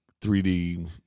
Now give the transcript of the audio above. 3D